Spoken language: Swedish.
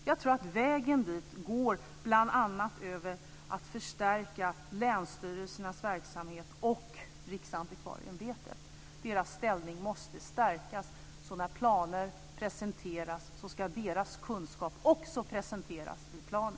Jag tror att vägen dit bl.a. handlar om att man ska förstärka länsstyrelsernas verksamhet och Riksantikvarieämbetet. Deras ställning måste stärkas. I de planer som presenteras ska deras kunskap också finnas med. Tack!